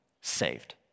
Saved